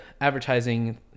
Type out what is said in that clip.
advertising